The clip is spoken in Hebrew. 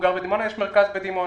יש מרכז בדימונה.